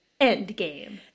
Endgame